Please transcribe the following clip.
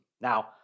Now